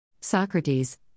Socrates